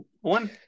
one